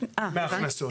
מההכנסות?